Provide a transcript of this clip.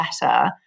better